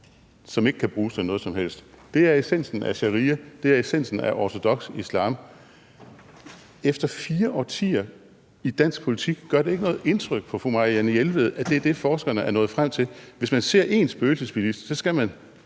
som ikke kan bruges til noget som helst. Det er essensen af sharia, det er essensen af ortodoks islam. Gør det efter fire årtier i dansk politik ikke noget indtryk på fru Marianne Jelved, at det er det, forskerne er nået frem til? Hvis man ser én spøgelsesbilist, skal man